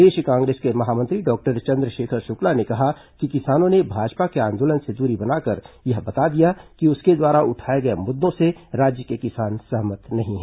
प्रदेश कांग्रेस के महामंत्री डॉक्टर चंद्रशेखर शुक्ला ने कहा कि किसानों ने भाजपा के आंदोलन से दूरी बनाकर यह बता दिया कि उसके द्वारा उठाए गए मुद्दों से राज्य के किसान सहमत नहीं है